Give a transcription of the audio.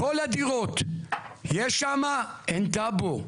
אין טאבו.